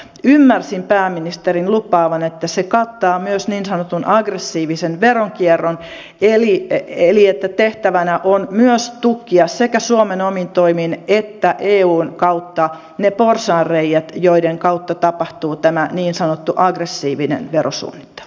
ymmärsin pääministerin lupaavan että se kattaa myös niin sanotun aggressiivisen veronkierron eli että tehtävänä on myös tukkia sekä suomen omin toimin että eun kautta ne porsaanreiät joiden kautta tapahtuu tämä niin sanottu aggressiivinen verosuunnittelu